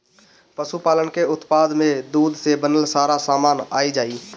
पशुपालन के उत्पाद में दूध से बनल सारा सामान आ जाई